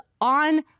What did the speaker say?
on